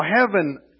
heaven